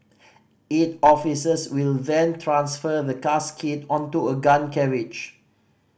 eight officers will then transfer the casket onto a gun carriage